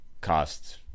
cost